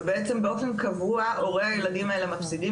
ובעצם באופן קבוע הורי הילדים האלה מפסידים